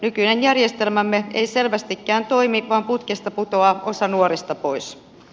nykyinen järjestelmämme ei selvästikään toimi vaan putkesta putoaa osa nuorista pois